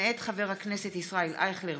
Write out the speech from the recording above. התש"ף 2020, מאת חברי הכנסת איימן עודה,